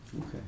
Okay